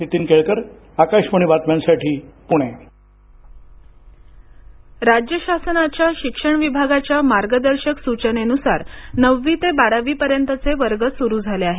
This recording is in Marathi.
नीतीन केळकर आकाशवाणी बातम्यांसाठी पुणे दिव्यांग शाळा राज्य शासनाच्या शिक्षण विभागाच्या मार्गदर्शक सुचनेनुसार नववी ते बारावी पर्यतचे वर्ग सुरू झाले आहेत